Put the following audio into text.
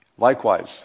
Likewise